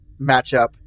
matchup